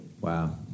Wow